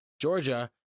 Georgia